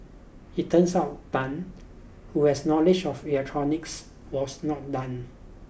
it turns out Tan who has knowledge of electronics was not done